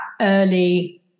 early